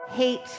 Hate